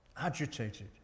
agitated